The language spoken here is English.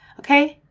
okay,